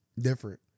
Different